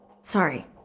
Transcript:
Sorry